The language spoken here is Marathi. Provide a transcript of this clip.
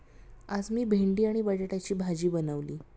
आज मी भेंडी आणि बटाट्याची भाजी बनवली